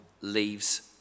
leaves